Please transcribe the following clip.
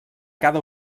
cada